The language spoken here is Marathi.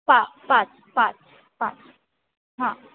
पा पाच पाच हां